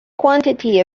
quantity